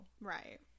Right